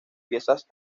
piezas